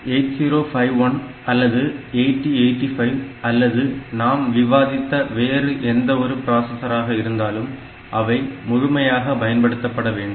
8051 அல்லது 8085 அல்லது நாம் விவாதித்த வேறு எந்த ஒரு பிராசஸராக இருந்தாலும் அவை முழுமையாக பயன்படுத்தப்பட வேண்டும்